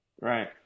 Right